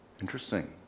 Interesting